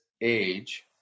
age